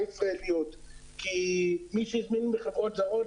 ישראליות כי מי שהזמין בחברות זרות,